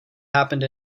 happened